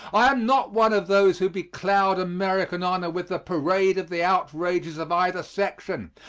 i am not one of those who becloud american honor with the parade of the outrages of either section,